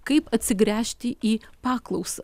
kaip atsigręžti į paklausą